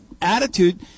attitude